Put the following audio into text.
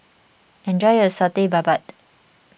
enjoy your Satay Babat